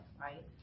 right